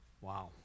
Wow